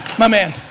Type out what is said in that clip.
my man.